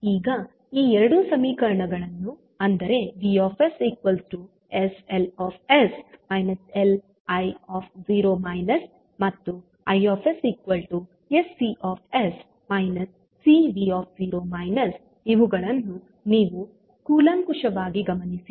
ಈಗ ಈ ಎರಡು ಸಮೀಕರಣಗಳನ್ನು ಅಂದರೆ V sL Li ಮತ್ತು I sC Cv ಇವುಗಳನ್ನು ನೀವು ಕೂಲಂಕುಶವಾಗಿ ಗಮನಿಸಿ